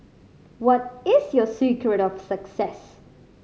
what is your secret of success